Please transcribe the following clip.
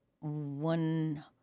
one